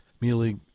Mealy